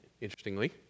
interestingly